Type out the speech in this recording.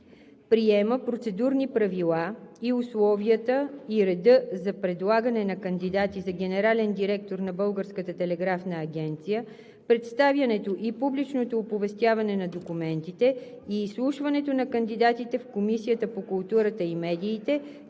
Приема Процедурни правила за условията и реда за предлагане на кандидати за генерален директор на Българската телеграфна агенция, представянето и публичното оповестяване на документите и изслушването на кандидатите в Комисията по културата и медиите,